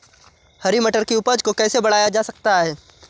हरी मटर की उपज को कैसे बढ़ाया जा सकता है?